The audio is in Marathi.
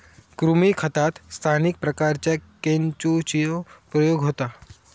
कृमी खतात स्थानिक प्रकारांच्या केंचुचो प्रयोग होता